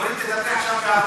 נורית תדבר עכשיו בערבית.